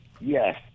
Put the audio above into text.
yes